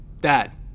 Dad